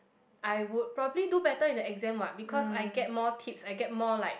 I would probably do better in the exam what because I get more tips I get more like